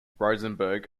rosenberg